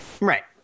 Right